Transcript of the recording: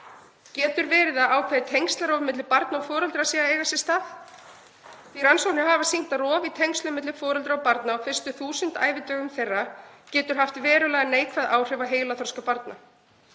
Getur verið að ákveðið tengslarof á milli barna og foreldra sé að eiga sér stað? Rannsóknir hafa sýnt að rof í tengslum milli foreldra og barna á fyrstu 1.000 ævidögum þeirra getur haft verulega neikvæð áhrif á heilaþroska barna.